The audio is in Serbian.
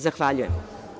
Zahvaljujem.